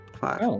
Five